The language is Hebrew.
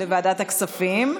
לוועדת הכספים.